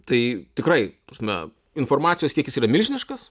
tai tikrai ta prasme informacijos kiekis yra milžiniškas